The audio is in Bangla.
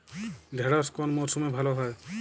ঢেঁড়শ কোন মরশুমে ভালো হয়?